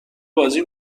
بازی